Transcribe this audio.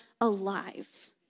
alive